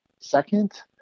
second